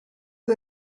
who